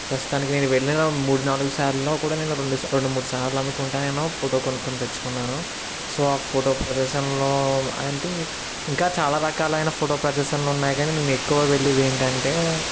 ప్రస్తుతానికి నేను వెళ్ళిన మూడు నాలుగు సార్లులో కూడా నెల రెండు మూడు సార్లు అనుకుంటా నేను ఫోటో కొనుక్కోని తెచ్చుకున్నాను సో ఆ ఫోటో ప్రదర్శనలో అంటే ఇంకా చాలా రకాలైన ఫోటో ప్రదర్శనలు ఉన్నాయి కానీ నేను ఎక్కువ వెళ్ళేది ఏంటి అంటే